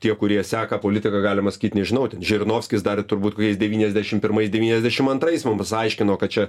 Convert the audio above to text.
tie kurie seka politiką galima sakyt nežinau ten žirinovskis dar turbūt kokiais devyniasdešim pirmais devyniasdešim antrais mum vis aiškino kad čia